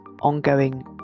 ongoing